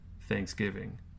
Thanksgiving